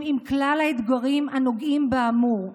עם כלל האתגרים הנוגעים באמור לעיל,